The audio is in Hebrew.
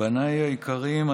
בניי היקרים,